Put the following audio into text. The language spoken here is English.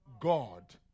God